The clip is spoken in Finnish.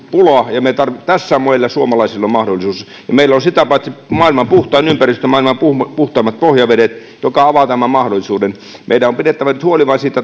pula ja tässä meillä suomalaisilla on mahdollisuus meillä on sitä paitsi maailman puhtain ympäristö maailman puhtaimmat pohjavedet ja se avaa tämän mahdollisuuden meidän on pidettävä nyt huoli vain siitä